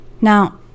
Now